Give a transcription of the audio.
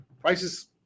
prices